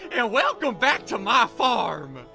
and welcome back to my farm.